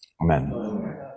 amen